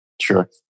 Sure